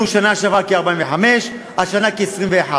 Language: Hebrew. אחרי הגדר הסתננו בשנה שעברה כ-45 והשנה כ-21.